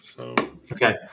Okay